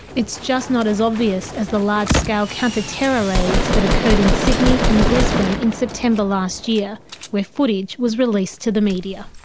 it's just not as obvious as the large-scale counter-terror raids that occurred occurred in sydney and brisbane in september last year where footage was released to the media.